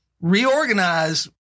reorganize